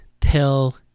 tell